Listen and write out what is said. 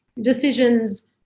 decisions